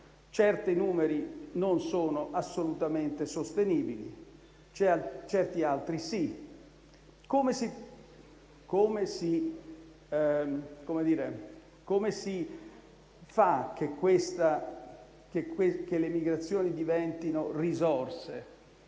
Certi numeri non sono assolutamente sostenibili, certi altri sì. Come si fa a fare in modo che le migrazioni diventino risorse?